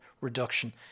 reduction